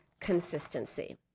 consistency